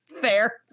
fair